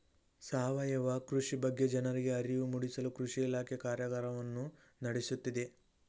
ಸಾವಯವ ಕೃಷಿ ಬಗ್ಗೆ ಜನರಿಗೆ ಅರಿವು ಮೂಡಿಸಲು ಕೃಷಿ ಇಲಾಖೆ ಕಾರ್ಯಗಾರವನ್ನು ನಡೆಸುತ್ತಿದೆ